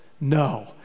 No